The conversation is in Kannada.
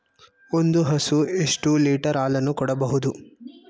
ಒಂದು ಹಸು ಎಷ್ಟು ಲೀಟರ್ ಹಾಲನ್ನು ಕೊಡಬಹುದು?